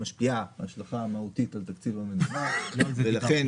שמשפיעה השלכה מהותית על תקציב המדינה ולכן